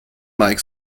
mike